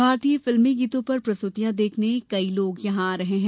भारतीय फिल्मी गीतों पर प्रस्तुतियां देखने कई लोग यहां आ रहे हैं